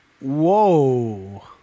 Whoa